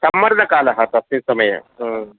संम्मर्दकालः तस्मिन् समये